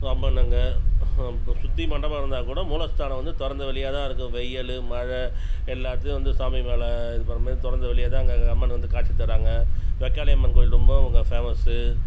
so அம்மன் அங்கே சுற்றி மண்டபம் இருந்தால் கூட மூல ஸ்தானம் வந்து திறந்த வெளியாகதான் இருக்கும் வெய்யில் மழை எல்லாத்தையும் வந்து சாமி மேலே இது படுற மாறி திறந்த வெளியாகதான் அங்கே அம்மன் வந்து காட்சித் தர்றாங்க வெக்காளியம்மன் கோயில் ரொம்ப அங்கே பேமஸ்ஸு